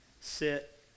sit